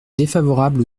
défavorable